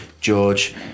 George